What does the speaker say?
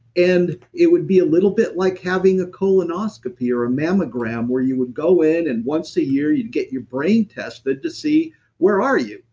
and it would be a little bit like having a colonoscopy or a mammogram where you would go in, and once a year you'd get your brain tested to see where are you.